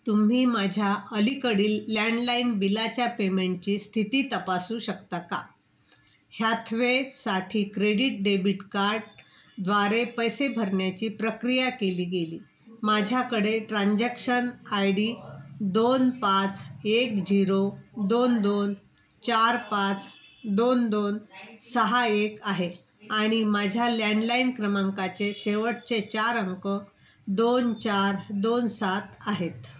तुम्ही माझ्या अलीकडील लँडलाईन बिलाच्या पेमेंटची स्थिती तपासू शकता का ह्याथवेसाठी क्रेडिट डेबिट कार्डद्वारे पैसे भरण्याची प्रक्रिया केली गेली माझ्याकडे ट्रान्झॅक्शन आय डी दोन पाच एक झिरो दोन दोन चार पाच दोन दोन सहा एक आहे आणि माझ्या लँडलाईन क्रमांकाचे शेवटचे चार अंक दोन चार दोन सात आहेत